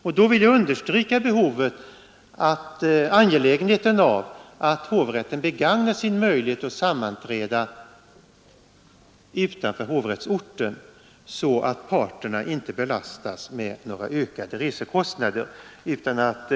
Jag vill därför understryka behovet och angelägenheten av att hovrätten begagnar sin möjlighet att sammanträda utanför hovrättsorten, så att parterna inte belastas med de ytterligare resekostnader som annars skulle uppstå.